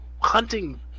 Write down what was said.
hunting